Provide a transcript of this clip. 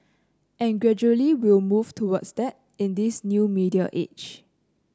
and gradually we'll move towards that in this new media age